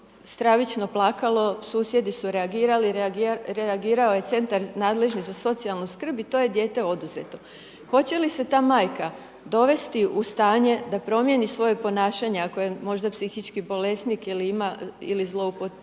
stravično plakalo, susjedi su reagirali, reagirali su, reagirao je Centar nadležni za socijalnu skrb i to je dijete oduzeto. Hoće li se ta majka dovesti u stanje da promijeni svoje ponašanje ako je možda psihički bolesnik, ili ima,